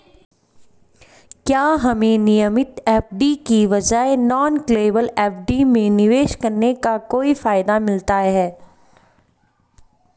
क्या हमें नियमित एफ.डी के बजाय नॉन कॉलेबल एफ.डी में निवेश करने का कोई फायदा मिलता है?